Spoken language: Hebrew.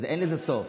אין לזה סוף.